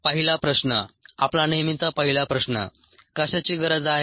पहिला प्रश्न आपला नेहमीचा पहिला प्रश्न कशाची गरज आहे